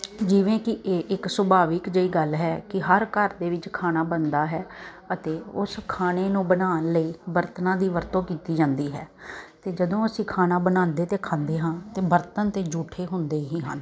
ਜਿਵੇਂ ਕਿ ਇਹ ਇੱਕ ਸੁਭਾਵਿਕ ਜਿਹੀ ਗੱਲ ਹੈ ਕਿ ਹਰ ਘਰ ਦੇ ਵਿੱਚ ਖਾਣਾ ਬਣਦਾ ਹੈ ਅਤੇ ਉਸ ਖਾਣੇ ਨੂੰ ਬਣਾਉਣ ਲਈ ਬਰਤਨਾਂ ਦੀ ਵਰਤੋਂ ਕੀਤੀ ਜਾਂਦੀ ਹੈ ਅਤੇ ਜਦੋਂ ਅਸੀਂ ਖਾਣਾ ਬਣਾਉਂਦੇ ਅਤੇ ਖਾਂਦੇ ਹਾਂ ਅਤੇ ਬਰਤਨ ਤਾਂ ਜੂਠੇ ਹੁੰਦੇ ਹੀ ਹਨ